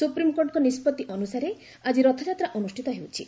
ସୁପ୍ରିମ୍କୋର୍ଟଙ୍କ ନିଷ୍କଭି ଅନୁସାରେ ଆଜି ରଥଯାତ୍ରା ଅନୁଷ୍ଠିତ ହେଉଛି